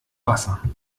wasser